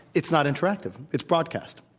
it's not interactive. it's broadcast.